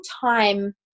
time